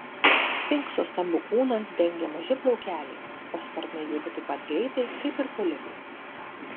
sfinkso stambų kūną dengia maži plaukeliai o sparnai juda taip pat greitai kaip ir kolibrio